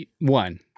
One